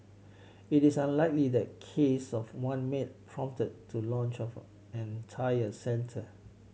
it is unlikely that case of one maid prompted to launch of an entire centre